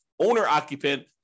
owner-occupant